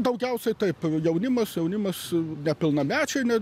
daugiausiai taip jaunimas jaunimas nepilnamečiai net